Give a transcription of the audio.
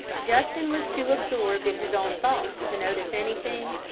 justin was too absorbed in his own thoughts to notice anything,